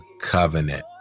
covenant